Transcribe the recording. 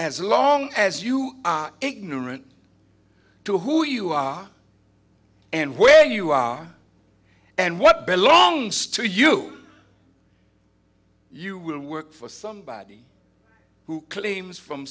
as long as you are ignorant to who you are and where you are and what belongs to you you will work for somebody who claims from